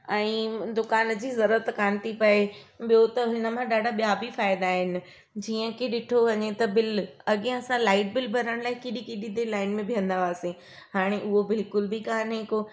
ऐं दुकान जी ज़रूरत कानि थी पए ॿियों त हिन मां ॾाढा ॿिया बि फ़ाइदा आहिनि जीअं की ॾिठो वञे त बिल अॻिए असां लाइट बिल भरण लाइ केॾी केॾी देरु लाइन में बिहंदा हुआसीं हाणे उहो बिल्कुल बि कान्हे को